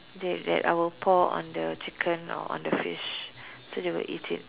that that I will pour on the chicken or on the fish so they will eat it